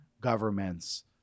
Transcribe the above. Governments